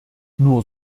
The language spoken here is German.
nur